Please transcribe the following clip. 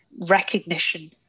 recognition